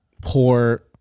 poor